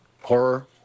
horror